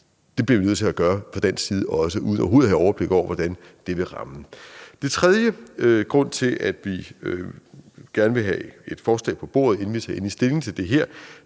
Det bliver vi nødt til at gøre fra dansk side også – uden overhovedet at have overblik over, hvordan det vil ramme. Den tredje grund til, at vi gerne vil have et forslag på bordet, inden vi tager endelig stilling til det her,